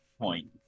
point